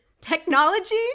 technology